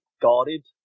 guarded